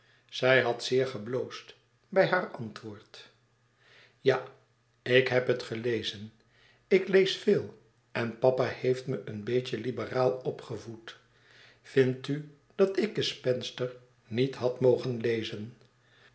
zij had zeer gebloosd bij haar antwoord ja ik heb het gelezen ik lees veel en papa heeft me een beetje liberaal opgevoed vind u dat ik gespenster niet had mogen lezen